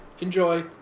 enjoy